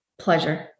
pleasure